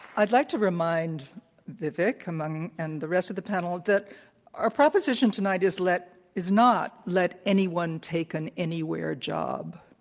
i'd like to remind vivek, and the rest of the panel that our proposition tonight is let is not let anyone take an anywhere job.